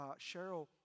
Cheryl